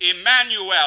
Emmanuel